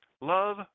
Love